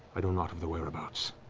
i know not of their whereabouts.